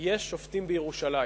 "יש שופטים בירושלים",